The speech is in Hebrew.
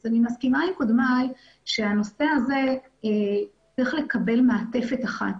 אז אני מסכימה עם קודמיי שהנושא הזה צריך לקבל מעטפת אחת,